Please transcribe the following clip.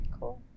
Cool